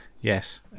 Yes